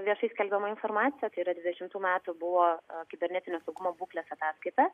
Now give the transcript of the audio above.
viešai skelbiama informacija tai yra dvidešimtų metų buvo kibernetinio saugumo būklės ataskaita